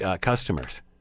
customers